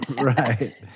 Right